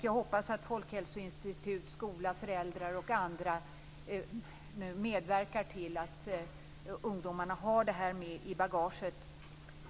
Jag hoppas att Folkhälsoinstitutet, skola, föräldrar och andra nu medverkar till att ungdomarna har detta med sig i bagaget.